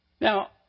Now